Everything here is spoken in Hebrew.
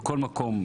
בכל מקום,